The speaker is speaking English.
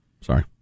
Sorry